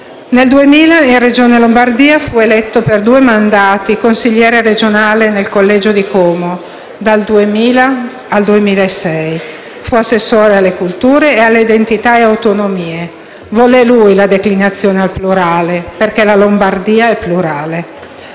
Nel 2000 in Regione Lombardia fu eletto per due mandati consigliere regionale nel collegio di Como, dal 2000 al 2006. Fu assessore alle culture e alle identità e autonomie (volle lui la declinazione al plurale, «perché la Lombardia è plurale»).